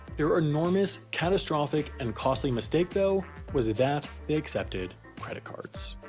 their enormous, catastrophic, and costly mistake, though, was that they accepted credit cards.